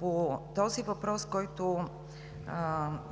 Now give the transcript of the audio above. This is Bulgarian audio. По този въпрос, който